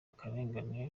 akarengane